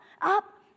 up